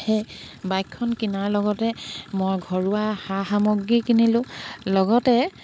সেই বাইকখন কিনাৰ লগতে মই ঘৰুৱা সা সামগ্ৰী কিনিলোঁ লগতে